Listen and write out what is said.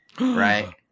Right